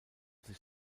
sich